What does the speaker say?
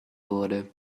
wurde